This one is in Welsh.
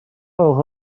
gwelwch